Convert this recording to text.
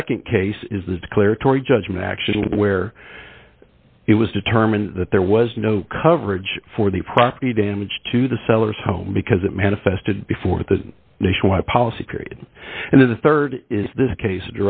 the nd case is the declaratory judgment action where it was determined that there was no coverage for the property damage to the seller's home because it manifested before the nationwide policy created and then the rd is this case